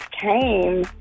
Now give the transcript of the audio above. came